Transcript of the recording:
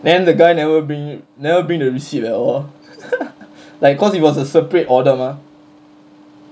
then the guy never bring never bring the receipt at all like cause it was a separate order mah